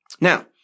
Now